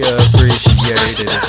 appreciated